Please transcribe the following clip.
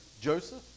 Joseph